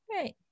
Right